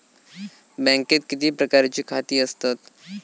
बँकेत किती प्रकारची खाती असतत?